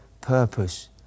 purpose